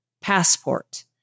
passport